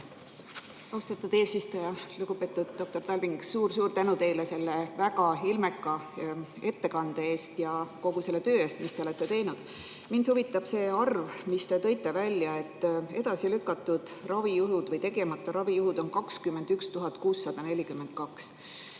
Austatud eesistuja! Lugupeetud doktor Talving, suur tänu teile selle väga ilmeka ettekande eest ja kogu selle töö eest, mis te olete teinud! Mind huvitab see arv, mis te välja tõite: et edasi lükatud ravijuhte või tegemata ravijuhte on 21 642.